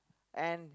and